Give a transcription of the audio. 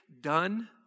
done